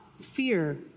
fear